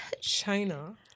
China